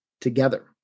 together